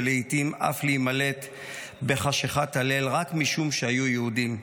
ולעיתים אף להימלט בחשכת הליל רק משום שהיו יהודים.